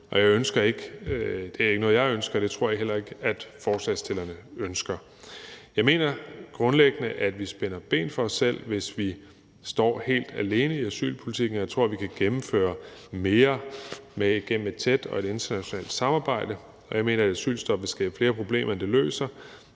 Det er ikke noget, jeg ønsker, og det tror jeg heller ikke forslagsstillerne ønsker. Jeg mener grundlæggende, at vi spænder ben for os selv, hvis vi står helt alene i asylpolitikken, og jeg tror, vi kan gennemføre mere gennem et tæt internationalt samarbejde. Jeg mener, at et asylstop vil skabe flere problemer, end det løser,